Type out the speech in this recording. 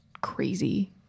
crazy